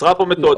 נוצרה פה מתודה.